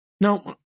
no